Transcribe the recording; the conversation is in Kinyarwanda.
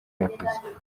yavuze